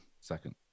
Second